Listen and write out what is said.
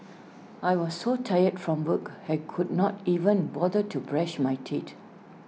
I was so tired from work I could not even bother to brush my teeth